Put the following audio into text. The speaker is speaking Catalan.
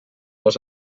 les